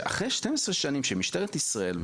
שאחרי 12 שנים שמשטרת ישראל,